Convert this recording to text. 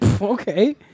okay